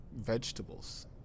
vegetables